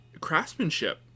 Craftsmanship